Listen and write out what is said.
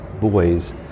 boys